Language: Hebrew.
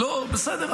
לא, בסדר.